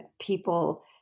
people